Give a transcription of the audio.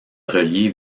relier